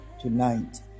tonight